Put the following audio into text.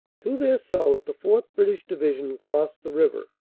to their south the fourth. british division crossed the river.